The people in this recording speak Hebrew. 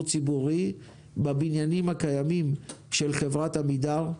ציבורי בבניינים הקיימים של חברת עמידר,